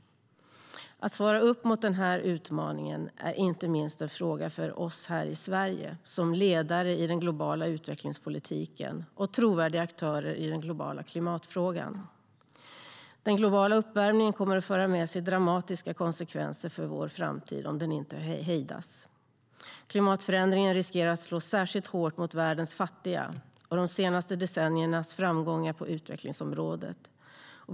Att svara upp mot den utmaningen är en fråga inte minst för oss i Sverige, som ledare i den globala utvecklingspolitiken och trovärdiga aktörer i den globala klimatfrågan. Den globala uppvärmningen kommer att föra med sig dramatiska konsekvenser för vår framtid om den inte hejdas. Klimatförändringar riskerar att slå särskilt hårt mot världens fattiga och mot de senaste decenniernas framgångar på utvecklingsområdet.